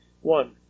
one